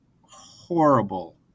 horrible